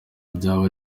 byaba